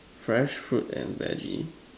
fresh fruits and veggie